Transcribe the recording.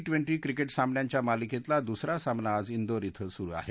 twenty cricket सामन्यांच्या मालिकेतला दुसरा सामना आज वुर कें सुरु आहे